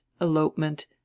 elopement